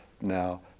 now